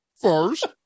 first